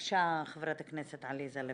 בבקשה, חברת הכנסת עליזה לביא.